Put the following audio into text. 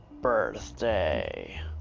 birthday